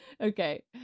Okay